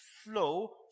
flow